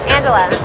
Angela